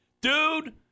Dude